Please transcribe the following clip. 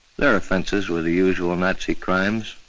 their offenses were the usual nazi crimes,